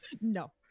No